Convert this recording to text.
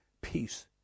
Peace